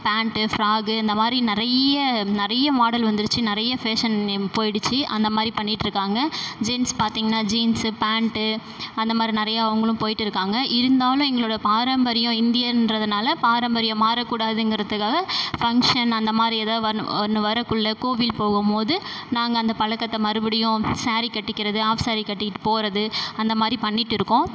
pant frock இந்த மாதிரி நிறைய நிறைய மாடல் வந்துருச்சு நிறைய ஃபேஷன் நேம் போயிடுச்சு அந்த மாதிரி பண்ணிட்டுருக்காங்க ஜென்ஸ் பார்த்தீங்கன்னா ஜீன்ஸு பேண்ட்டு அந்த மாதிரி நிறைய அவங்களும் போயிட்டுருக்காங்க இருந்தாலும் எங்களோட பாரம்பரியம் இந்தியன்றதனால பாரம்பரியம் மாறக்கூடாதுங்கிறதுக்காக ஃபங்க்ஷன் அந்த மாதிரி ஏதா வன் ஒன்று வரக்குள்ளே கோவில் போகும்போது நாங்கள் அந்த பழக்கத்தை மறுபடியும் ஸேரீ கட்டிக்கிறது ஆஃப்ஸேரீ கட்டிக்கிட்டு போகறது அந்த மாதிரி பண்ணிட்டுருக்கோம்